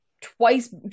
twice